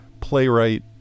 playwright